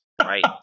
right